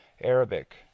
Arabic